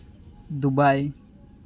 Dubai